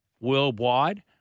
worldwide